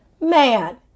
man